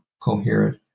coherent